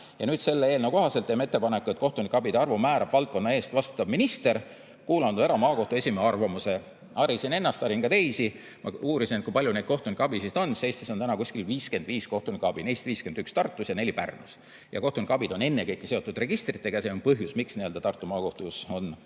Nüüd selle eelnõu kohaselt teeme ettepaneku, et kohtunikuabide arvu määrab valdkonna eest vastutav minister, kuulanud ära maakohtu esimehe arvamuse. Harisin ennast ja harin ka teisi. Ma uurisin, kui palju neid kohtunikuabisid on. Eestis on praegu kuskil 55 kohtunikuabi, neist 51 Tartus ja 4 Pärnus. Kohtunikuabid on ennekõike seotud registritega ja see on põhjus, miks Tartu Maakohtus on